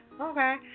okay